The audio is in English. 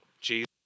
Jesus